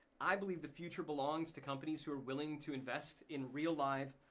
i believe the future belongs to companies who are willing to invest in real live,